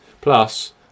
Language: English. plus